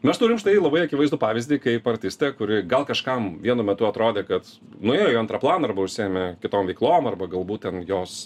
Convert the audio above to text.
mes turim štai labai akivaizdų pavyzdį kaip artistė kuri gal kažkam vienu metu atrodė kad nuėjo į antrą planą arba užsiėmė kitom veiklom arba galbūt ten jos